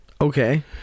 Okay